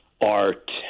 art